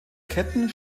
ketten